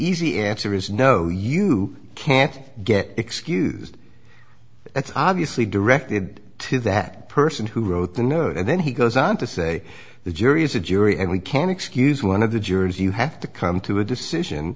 easy answer is no you can't get excused it's obviously directed to that person who wrote the note and then he goes on to say the jury is the jury and we can excuse one of the jurors you have to come to a decision